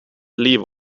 liv